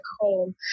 home